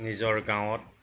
নিজৰ গাঁৱত